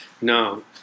No